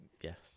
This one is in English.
Yes